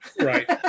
Right